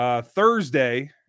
Thursday